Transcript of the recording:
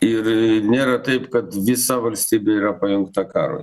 ir nėra taip kad visa valstybė yra pajungta karui